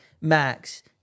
max